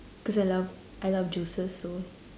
cause I love I love juices so